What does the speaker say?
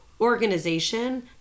organization